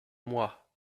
moi